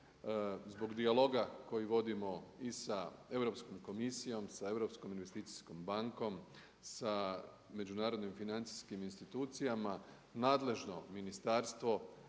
zbog dijaloga koji vodimo i sa Europskom komisijom, sa Europskom investicijskom bankom, sa međunarodnim financijskim institucijama, nadležno ministarstvo,